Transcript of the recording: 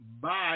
Bye